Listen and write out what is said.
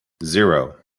zero